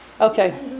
Okay